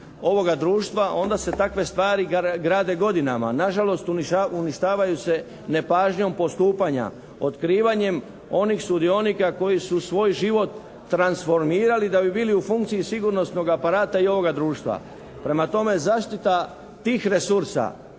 ovoga društva, onda se takve stvari grade godinama. Na žalost uništavaju se nepažnjom postupanja, otkrivanjem onih sudionika koji su svoj život transformirali da bi bili u funkciji sigurnosnog aparata i ovoga društva. Prema tome, zaštita tih resursa